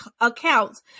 accounts